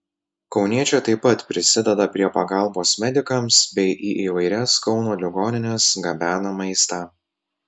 kauniečiai taip pat prisideda prie pagalbos medikams bei į įvairias kauno ligonines gabena maistą